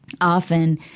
often